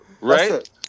right